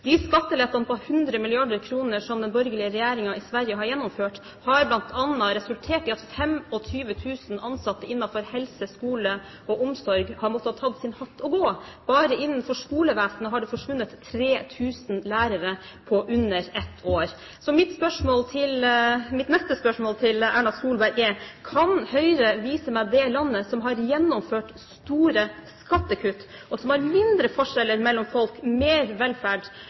De skattelettene på 100 mrd. kr som den borgerlige regjeringen i Sverige har gjennomført, har bl.a. resultert i at 25 000 ansatte innenfor helse, skole og omsorg har måttet ta sin hatt og gå. Bare innenfor skolevesenet har det forsvunnet 3 000 lærere på under ett år. Så mitt neste spørsmål til Erna Solberg er: Kan Høyre vise meg det landet som har gjennomført store skattekutt, som har mindre forskjeller mellom folk, mer velferd